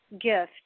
gift